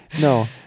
No